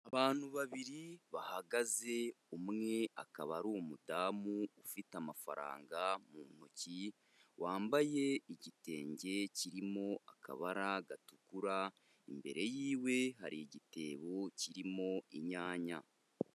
Abantu babiri bahagaze; umwe akaba ari umudamu ufite amafaranga mu ntoki, wambaye igitenge kirimo akabara gatukura, imbere yiwe hari igitebo kirimo inyanya.